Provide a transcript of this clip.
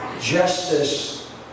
justice